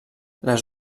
les